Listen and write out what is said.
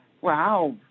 Wow